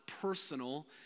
personal